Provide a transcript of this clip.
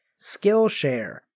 Skillshare